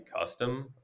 custom